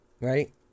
right